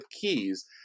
keys